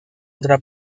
otra